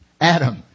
Adam